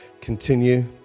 continue